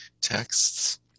texts